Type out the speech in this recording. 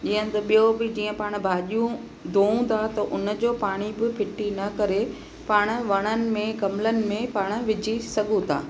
जीअं त ॿियों बि जीअं पाण भाॼियूं धोऊं था त उन जो पाणी बि फिटी न करे पाण वणनि में गमलनि में पाण विझी सघूं था